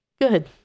Good